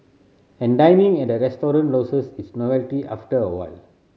and dining at a restaurant loses its novelty after a while